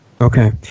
Okay